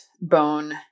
bone